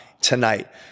tonight